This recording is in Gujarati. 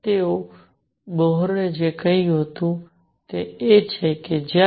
તેથી બોહરે જે કહ્યું તે છે કે જ્યારે